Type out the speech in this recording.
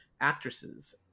actresses